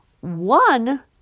one